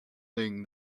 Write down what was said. thing